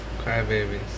Crybabies